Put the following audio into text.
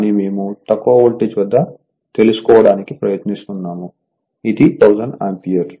కానీ మేము తక్కువ వోల్టేజ్ వద్ద తెలుసుకోవడానికి ప్రయత్నిస్తున్నాము ఇది 1000 ఆంపియర్